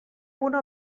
una